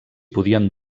podien